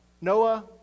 Noah